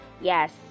yes